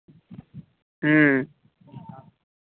হুম